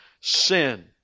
sin